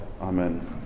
Amen